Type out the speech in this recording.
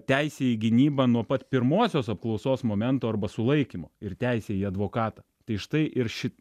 teisę į gynybą nuo pat pirmosios apklausos momento arba sulaikymo ir teisę į advokatą tai štai ir ši